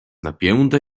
napięte